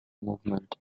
movement